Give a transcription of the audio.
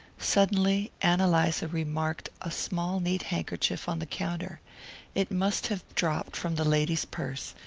suddenly ann eliza remarked a small neat handkerchief on the counter it must have dropped from the lady's purse,